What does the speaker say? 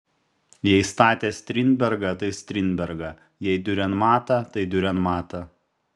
jei statė strindbergą tai strindbergą jei diurenmatą tai diurenmatą